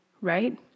right